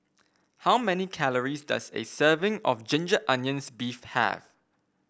how many calories does a serving of Ginger Onions beef have